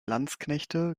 landsknechte